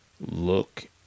look